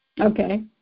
Okay